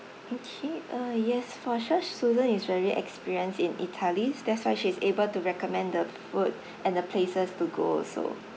okay uh yes for sure susan is very experienced in italy's that's why she's able to recommend the food and the places to go also